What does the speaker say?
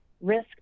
risk